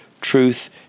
Truth